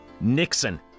Nixon